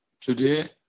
today